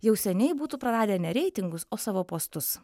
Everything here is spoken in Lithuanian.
jau seniai būtų praradę ne reitingus o savo postus